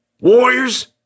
Warriors